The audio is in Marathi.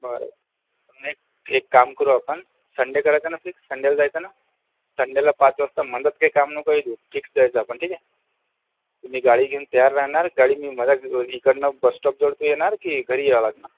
बरं नाही एक काम करू आपण संडे करायचा ना फिक्स संडेला जायचं ना संडेला पाच वाजता मधूनंच काही काम नको येऊ देऊ फिक्स जायचं आपण ठीक आहे मी गाडी घेऊन तयार राहणार गाडी मी मला इकडून बसस्टाॅपजवळ तू येणार की घरी यावं लागणार